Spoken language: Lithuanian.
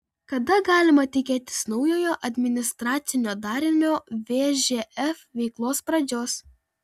kada galima tikėtis naujojo administracinio darinio vžf veiklos pradžios